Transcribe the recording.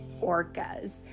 Orcas